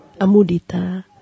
Amudita